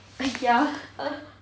!aiya! haha